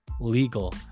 legal